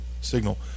signal